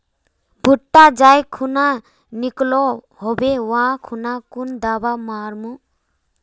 भुट्टा जाई खुना निकलो होबे वा खुना कुन दावा मार्मु?